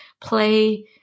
play